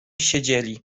siedzieli